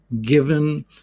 given